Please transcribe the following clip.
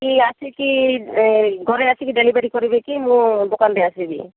କି ଆସିକି ଘରେ ଆସିକି ଡେଲିଭରି କରିବେ କି ମୁଁ ଦୋକାନ ଠି ଆସିବି